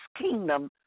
kingdom